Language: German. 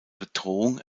bedrohung